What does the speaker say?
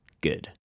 good